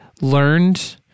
learned